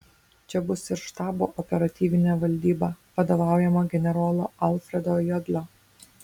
čia bus ir štabo operatyvinė valdyba vadovaujama generolo alfredo jodlio